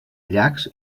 llacs